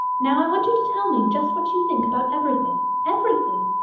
now i want you to tell me just what you think about everything everything.